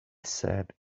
said